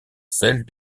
celles